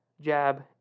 jab